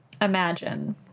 Imagine